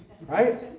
Right